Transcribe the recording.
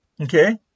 Okay